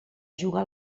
jugar